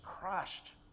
crushed